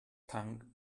tongue